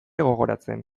gogoratzen